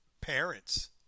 parents